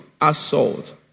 assault